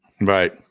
Right